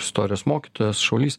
istorijos mokytojas šaulys